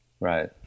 Right